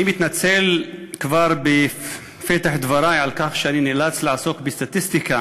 אני מתנצל כבר בפתח דברי על כך שאני נאלץ לעסוק בסטטיסטיקה